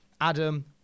Adam